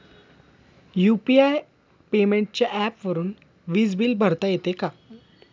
UPI पेमेंटच्या ऍपवरुन वीज बिल भरता येते का?